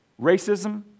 Racism